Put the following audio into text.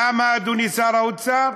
למה, אדוני שר האוצר?